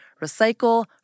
recycle